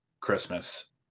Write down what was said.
christmas